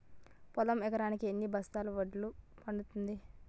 పొలం ఎకరాకి ఎన్ని బస్తాల వడ్లు పండుతుంది?